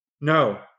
No